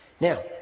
now